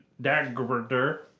dagger